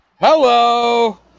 Hello